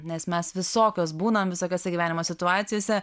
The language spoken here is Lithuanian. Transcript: nes mes visokios būnam visokiose gyvenimo situacijose